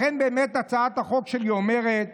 לכן הצעת החוק שלי אומרת